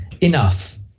enough